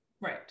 Right